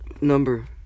Number